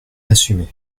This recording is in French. assumez